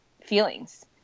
feelings